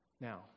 Now